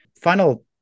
Final